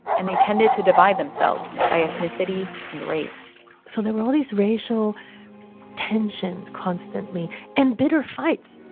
and they tended to divide themselves by ethnicity and race so there were all these racial tensions constantly and bitter fights.